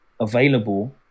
available